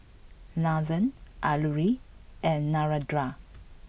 Nathan Alluri and Narendra